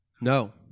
No